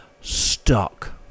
stuck